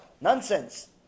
Nonsense